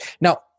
Now